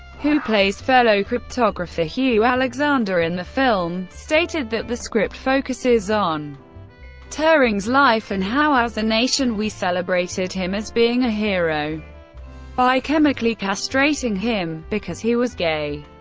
who plays fellow cryptographer hugh alexander in the film, stated that the script focuses on turing's life and how as a nation we celebrated him as being a hero by chemically castrating him, because he was gay.